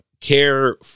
care